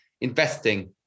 investing